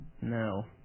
No